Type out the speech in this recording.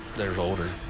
there's odor.